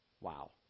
Wow